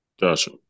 Gotcha